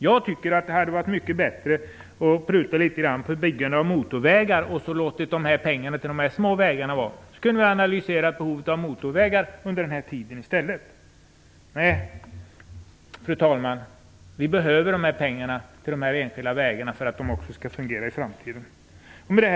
Jag tycker att det hade varit mycket bättre att pruta litet grand på byggandet av motorvägar och låta pengarna till de här små vägarna vara. Så kunde vi under den här tiden i stället ha analyserat behovet av motorvägar. Nej, fru talman, vi behöver de här pengarna till de enskilda vägarna för att de skall fungera också i framtiden.